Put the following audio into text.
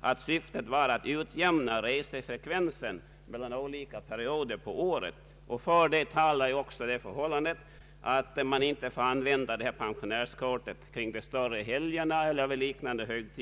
att syftet var att utjämna resefrekvensen mellan olika perioder av året. För detta talar också det förhållandet att man inte får använda pensionärskortet kring de större helgerna etc.